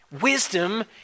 Wisdom